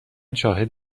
شاهد